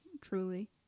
Truly